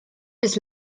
bis